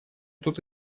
тут